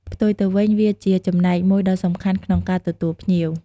ផ្ទុយទៅវិញ វាជាចំណែកមួយដ៏សំខាន់ក្នុងការទទួលភ្ញៀវ។